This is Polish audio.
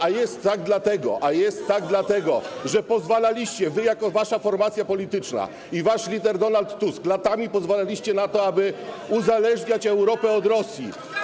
A jest tak dlatego, że pozwalaliście, wy jako wasza formacja polityczna i wasz lider Donald Tusk, latami pozwalaliście na to, aby uzależniać Europę od Rosji.